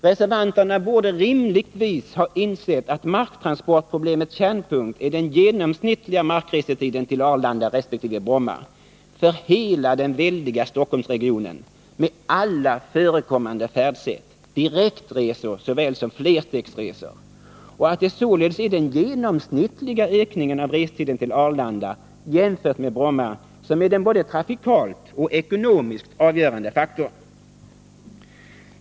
Reservanterna borde rimligtvis ha insett att marktransportproblemets kärnpunkt är den genomsnittliga markresetiden till Arlanda resp. Bromma för hela den väldiga Storstockholmsregionen med alla förekommande färdsätt, direktresor såväl som flerstegsresor, och att det således är den genomsnittliga ökningen av restiden till Arlanda, jämfört med Bromma, som är den både trafikalt och ekonomiskt avgörande faktorn.